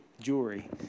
Jewelry